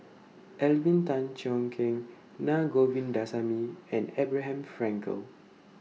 Alvin Tan Cheong Kheng Naa Govindasamy and Abraham Frankel